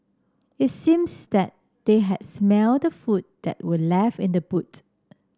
it seems that they had smelt the food that were left in the boot